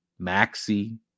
Maxi